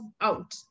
out